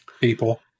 People